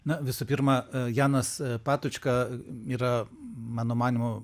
na visų pirma janas patočka yra mano manymu